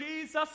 Jesus